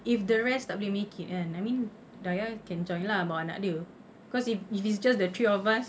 if the rest tak boleh make it kan I mean dayah can join lah bawa anak dia cause if if it's just the three of us